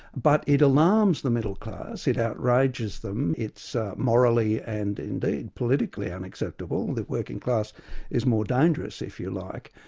but it alarms the middle-class, it outrages them, it's morally and indeed politically unacceptable, the working-class is more dangerous, if you like,